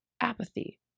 apathy